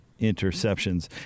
interceptions